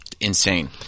Insane